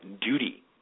duty